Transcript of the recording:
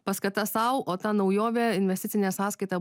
paskata sau o tą naujovė investicinė sąskaita